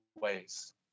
ways